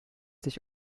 sich